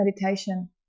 meditation